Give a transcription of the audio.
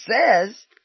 says